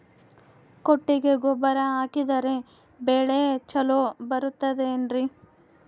ಕೊಟ್ಟಿಗೆ ಗೊಬ್ಬರ ಹಾಕಿದರೆ ಬೆಳೆ ಚೊಲೊ ಬರುತ್ತದೆ ಏನ್ರಿ?